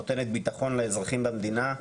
נותנת ביטחון לאזרחים במדינה.